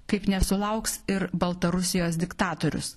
kaip nesulauks ir baltarusijos diktatorius